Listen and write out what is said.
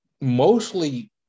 mostly